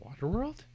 Waterworld